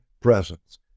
presence